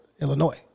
Illinois